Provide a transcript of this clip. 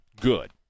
good